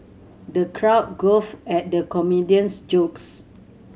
the crowd guffawed at the comedian's jokes